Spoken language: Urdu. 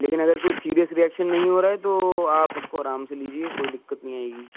لیکن اگر کوئی سیریئس ری ایکشن نہیں ہو رہا ہے تو آپ اس کو آرام سے لیجیے کوئی دقت نہیں آئے گی